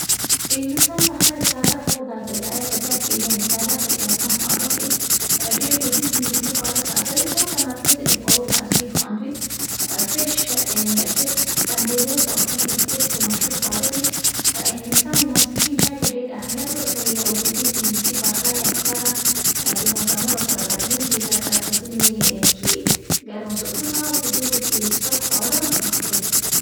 د انګلستان پخلي ساده خو له غذایته ډکه وي یعنې ساده خو صحتمند خواړه خوري. ډېر دودیز انګلیسي خواړه ساده دي، خو تمرکز یې د خوړو په اصلي خوند وي. فېش اینډ چپس، سنډې روست او فول برک فېست یې مشهور خواړه دي. انګلیسان د ماسپېښن چای ته هم ډېر اهمیت ورکوي او دودیز انګلیسي پخلی اکثره د موسمونو سره بدلېږي، لکه، په زمي کې ګرم سوپونه او په دوبی کې سپک خواړه خوري.